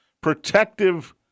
protective